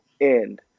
end